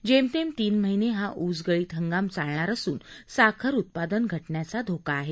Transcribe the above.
जेमतेम तीन महिने हा ऊस गळीत हंगाम चालणार असून साखर उत्पादन घटण्याचा धोका आहे